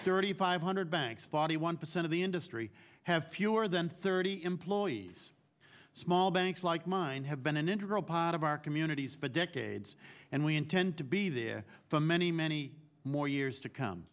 thirty five hundred banks body one percent of the industry have fewer than thirty employees small banks like mine have been an integral part of our communities for decades and we intend to be there for many many more years to come